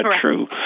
true